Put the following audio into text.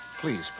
Please